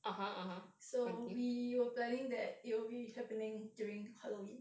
so we were planning that it will be happening during halloween